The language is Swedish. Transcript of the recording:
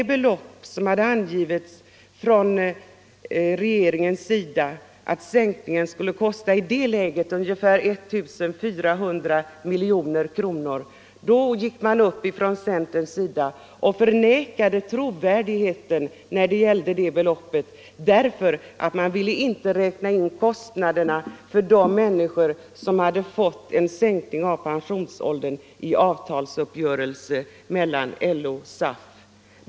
Från centerhåll förnekade man då trovärdigheten i uppgiften från regeringen att sänkningen i det läget skulle komma att kosta ungefär 1 400 miljoner kronor. Centern ville då inte räkna in kostnaderna för de människor som hade fått en sänkning av pensionsåldern genom avtalsuppgörelse mellan LO och SAF.